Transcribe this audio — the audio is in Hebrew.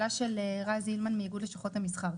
לשאלתו של רז הילמן מאיגוד לשכות המסחר: